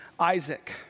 Isaac